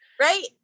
Right